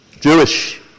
Jewish